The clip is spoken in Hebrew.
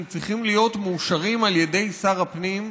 צריכים להיות מאושרים על ידי שר הפנים,